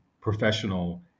professional